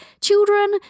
children